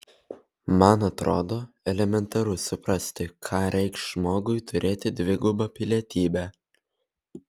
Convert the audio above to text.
man atrodo elementaru suprasti ką reikš žmogui turėti dvigubą pilietybę